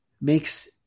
makes